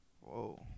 Whoa